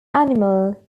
animal